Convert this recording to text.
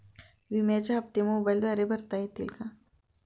विम्याचे हप्ते मोबाइलद्वारे भरता येतील का?